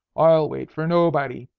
i'll wait for nobody.